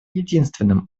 единственным